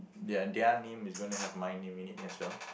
their their name is going to have my name in it as well